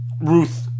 Ruth